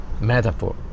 metaphor